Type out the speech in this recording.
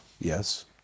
Yes